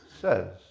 says